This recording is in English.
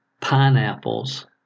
pineapples